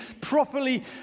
properly